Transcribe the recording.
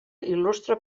il·lustra